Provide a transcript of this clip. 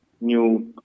new